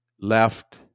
left